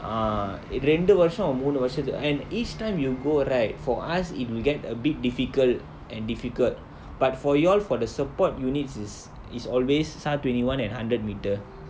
err ரெண்டு வருஷோ மூனு வருஷதுக்கு:rendu varusho moonu varushathukku and each time you go right for us it will get a bit difficult and difficult but for y'all for the support units is is always S_A_R twenty one and hundred metre